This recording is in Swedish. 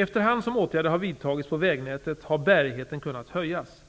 Efter hand som åtgärder har vidtagits på vägnätet har bärigheten kunnat höjas.